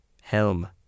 Helm